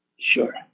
Sure